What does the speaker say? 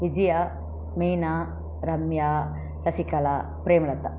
Vijaya Meena Ramya Sasikala Premalatha